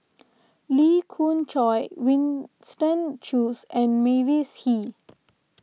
Lee Khoon Choy Winston Choos and Mavis Hee